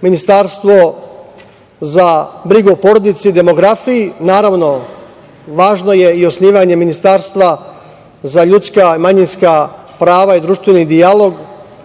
ministarstvo za brigu o porodici i demografiji. Naravno, važno je i osnivanje ministarstva za ljudska i manjinska prava i društveni dijalog,